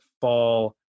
fall